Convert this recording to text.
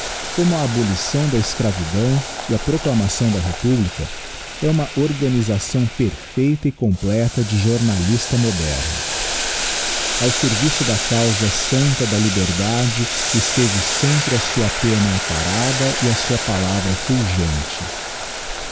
como a abolição da escravidão e a proclamação da republica é uma organisação perfeita e completa de jornalista moderno ao serviço da causa santa da liberdade esteve sempre a sua penna aparada e a sua palavra fulgente